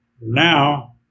now